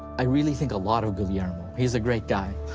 i really think a lot of guillermo. he's a great guy.